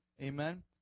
Amen